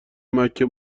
مکه